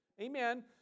Amen